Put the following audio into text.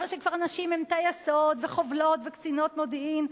אחרי שכבר נשים הן טייסות וחובלות וקצינות מודיעין.